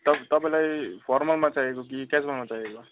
तब तपाईँलाई फर्मलमा चाहिएको कि क्याजुअलमा चाहिएको हो